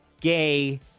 gay